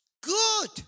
good